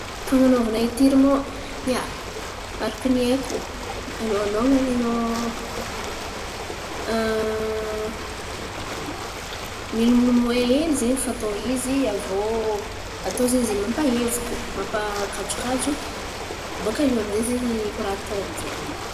Fan̈anaovana etiriman, ia, araky ny haiko alôha. Alôhany anao, milomolomoay hely zen̈y fatao izy aviô atao zen̈y zay mampahevoko. Mampakajokajo bôka iô aminjay zen̈y raha atao aminjay.